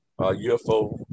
UFO